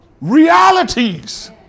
realities